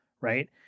Right